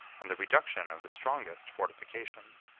and the reduction of the strongest fortifications,